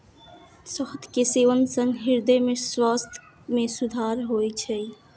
शहद के सेवन सं हृदय स्वास्थ्य मे सुधार होइ छै